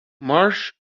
marsh